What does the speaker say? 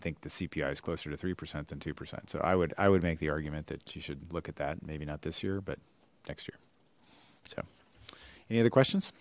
think the cpi is closer to three percent than two percent so i would i would make the argument that you should look at that maybe not this year but next year so any other questions